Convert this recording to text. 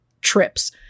trips